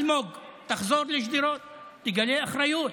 אלמוג, תחזור לשדרות, תגלה אחריות,